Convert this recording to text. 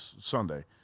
Sunday